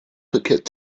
verkehrt